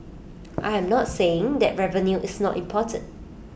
I am not saying that revenue is not important